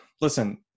Listen